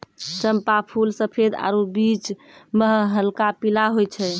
चंपा फूल सफेद आरु बीच मह हल्क पीला होय छै